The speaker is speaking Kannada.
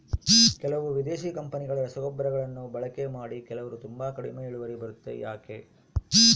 ಕೆಲವು ವಿದೇಶಿ ಕಂಪನಿಗಳ ರಸಗೊಬ್ಬರಗಳನ್ನು ಬಳಕೆ ಮಾಡಿ ಕೆಲವರು ತುಂಬಾ ಕಡಿಮೆ ಇಳುವರಿ ಬರುತ್ತೆ ಯಾಕೆ?